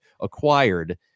acquired